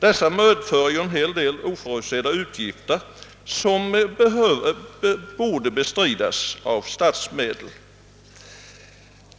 Dessa medför en del oförutsedda utgifter som borde bestridas av statsmedel.